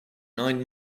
nine